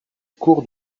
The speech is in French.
cour